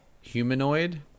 humanoid